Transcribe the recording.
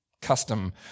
custom